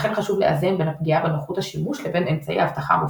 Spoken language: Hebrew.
לכן חשוב לאזן בין הפגיעה בנוחות השימוש לבין אמצעי האבטחה המופעלים.